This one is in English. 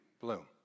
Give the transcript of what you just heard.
bloom